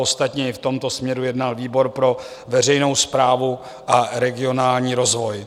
Ostatně i v tomto směru jednal výbor pro veřejnou správu a regionální rozvoj.